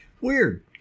Weird